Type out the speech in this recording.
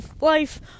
life